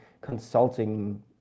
consulting